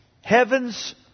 Heaven's